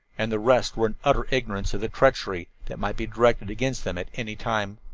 and the rest were in utter ignorance of the treachery that might be directed against them at any time.